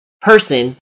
person